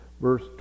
Verse